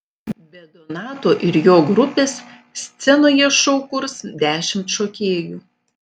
be donato ir jo grupės scenoje šou kurs dešimt šokėjų